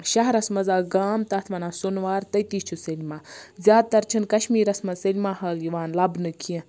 شَہرَس مَنٛز اکھ گام تَتھ وَنان سوٚنوار تٔتی چھُ سینما زیاد تَر چھِنہٕ کَشمیٖرَس مَنٛز سینما ہال یِوان لَبنہٕ کیٚنٛہہ